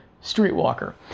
streetwalker